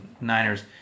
Niners